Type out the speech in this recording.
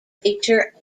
feature